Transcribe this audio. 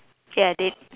ya they